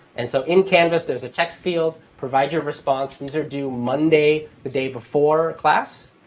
and so in canvas, there's a text field, provide your response. these are due monday, the day before class,